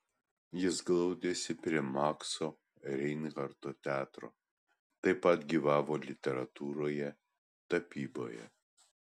jis glaudėsi prie makso reinharto teatro taip pat gyvavo literatūroje tapyboje